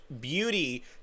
beauty